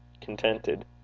contented